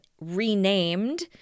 renamed